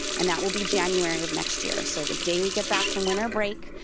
and that will be january of next year. so the day we get back from winter break,